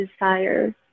desire